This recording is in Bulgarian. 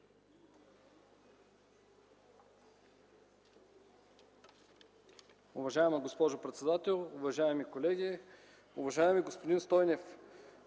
Уважаема госпожо председател, уважаеми колеги! Уважаеми господин Стойнев,